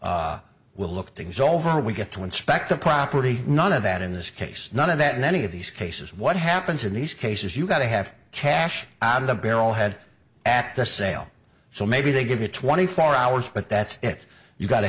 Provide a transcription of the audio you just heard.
we'll look things over we get to inspect the property none of that in this case none of that many of these cases what happens in these cases you got to have cash on the barrelhead at the sale so maybe they give you twenty four hours but that's it you've got